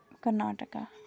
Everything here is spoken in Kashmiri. کرناٹکا